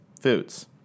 foods